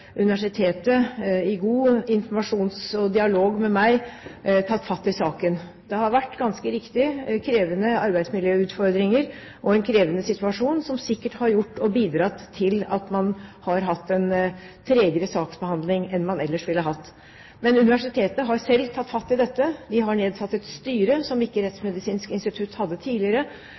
Universitetet gjennom god informasjon og dialog med meg tatt fatt i saken. Det har ganske riktig vært krevende arbeidsmiljøutfordringer og en krevende situasjon som sikkert har bidratt til at man har hatt en tregere saksbehandling enn man ellers ville hatt. Men Universitetet har selv tatt fatt i dette. De har nedsatt et styre, som Rettsmedisinsk institutt ikke hadde tidligere,